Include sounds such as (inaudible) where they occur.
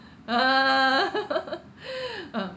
uh (laughs)